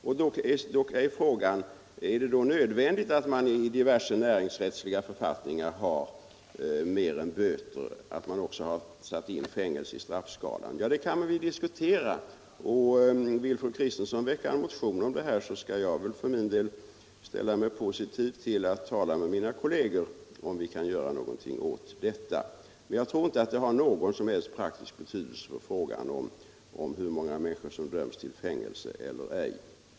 Då är frågan: Är det nödvändigt att i diverse näringsrättsliga författningar ha annan påföljd än böter, är det nödvändigt att också sätta in fängelse i straffskalan? Ja, det kan vi diskutera. Vill fru Kristensson väcka en motion om detta skall jag för min del ställa mig positiv till att tala med mina kolleger om vi kan göra någonting åt detta. Men jag tror inte att det har någon som helst praktisk betydelse för frågan om hur många människor som döms till fängelse eller ej.